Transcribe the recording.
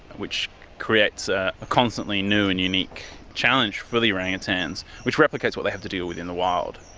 which creates a constantly new and unique challenge for the orangutans, which replicates what they have to deal with in the wild.